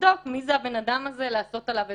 לבדוק מי הבן אדם הזה ולעשות עליו חיפוש.